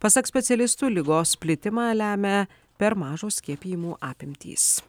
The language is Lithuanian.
pasak specialistų ligos plitimą lemia per mažos skiepijimų apimtys